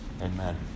Amen